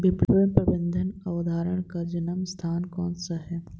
विपणन प्रबंध अवधारणा का जन्म स्थान कौन सा है?